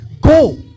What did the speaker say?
go